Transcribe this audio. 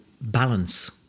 balance